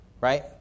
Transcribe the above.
Right